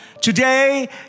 Today